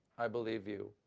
i believe you.